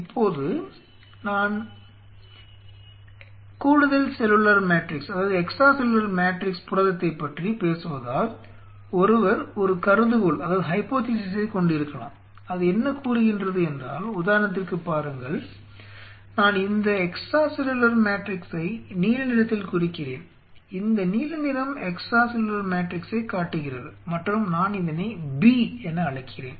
இப்போது நான் கூடுதல் செல்லுலார் மேட்ரிக்ஸ் புரதத்தைப் பற்றி பேசுவதால் ஒருவர் ஒரு கருதுகோளைக் கொண்டிருக்கலாம் அது என்ன கூறுகின்றது என்றால் உதாரணத்திற்கு பாருங்கள் நான் இந்த எக்ஸ்ட்ரா செல்லுலார் மேட்ரிக்ஸை நீல நிறத்தில் குறிக்கிறேன் இந்த நீல நிறம் எக்ஸ்ட்ரா செல்லுலார் மேட்ரிக்ஸைக் காட்டுகிறது மற்றும் நான் இதனை B என்று அழைக்கிறேன்